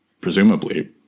presumably